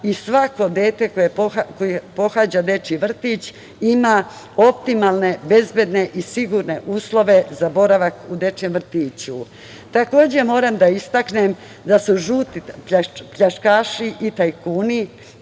i svako dete koje pohađa dečiji vrtić ima optimalne, bezbedne i sigurne uslove za boravak u dečijem vrtiću. Takođe, moram da istaknem da su žuti pljačkaši i tajkuni